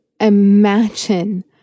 imagine